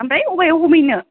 आफ्राय अबाइ हमैनो